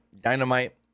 Dynamite